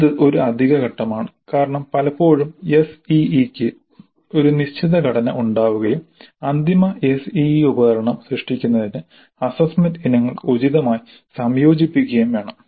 ഇത് ഒരു അധിക ഘട്ടമാണ് കാരണം പലപ്പോഴും SEE ക്ക് ഒരു നിശ്ചിത ഘടന ഉണ്ടാവുകയും അന്തിമ SEE ഉപകരണം സൃഷ്ടിക്കുന്നതിന് അസ്സസ്സ്മെന്റ് ഇനങ്ങൾ ഉചിതമായി സംയോജിപ്പിക്കുകയും വേണം